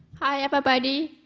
hi, everybody.